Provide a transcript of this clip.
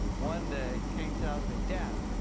one day, caine tells me dad,